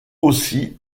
aussi